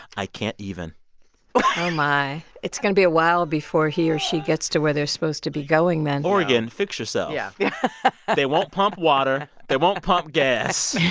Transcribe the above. i can't even oh, my. it's going to be a while before he or she gets to where they're supposed to be going then oregon, fix yourself. yeah yeah they won't pump water. they won't pump gas.